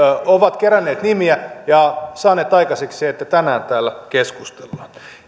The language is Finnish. ovat keränneet nimiä ja saaneet aikaiseksi että tänään täällä keskustellaan